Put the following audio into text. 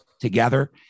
together